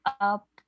up